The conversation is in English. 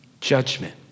Judgment